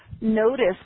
notice